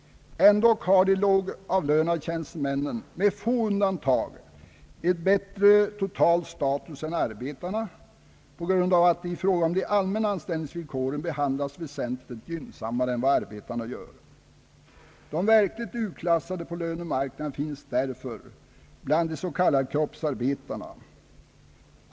ändock har de lågavlönade tjänstemännen med få undantag en bättre total status än arbetarna, på grund av att de behandlas väsentligt gynnsammare i fråga om de allmänna = anställningsvillkoren. De verkligt utklassade på lönemarknaden finns därför bland de s.k. kroppsarbetarna.